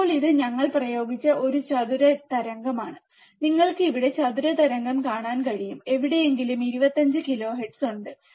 ഇപ്പോൾ ഇത് ഞങ്ങൾ പ്രയോഗിച്ച ഒരു ചതുര തരംഗമാണ് നിങ്ങൾക്ക് ഇവിടെ ചതുര തരംഗം കാണാൻ കഴിയും എവിടെയെങ്കിലും 25 കിലോഹെർട്സ് ഉണ്ട്